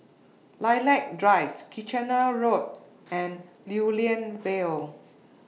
Lilac Drive Kitchener Road and Lew Lian Vale